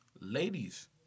ladies